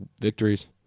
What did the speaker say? victories